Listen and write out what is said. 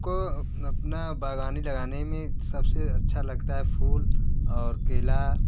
हमको अपना बग़ानी लगाने में सब से अच्छा लगता है फूल और केला